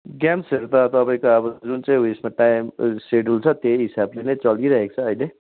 गेम्सहरू त अब तपाईँको अब जुन चाहिँ उसमा टाइम सेड्युल छ त्यही हिसाबले नै चलिरहेको छ अहिले